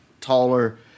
taller